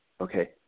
Okay